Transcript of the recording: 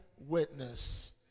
witness